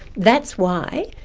that's why,